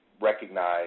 recognize